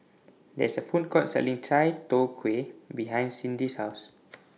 There IS A Food Court Selling Chai Tow Kuay behind Cydney's House